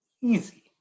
easy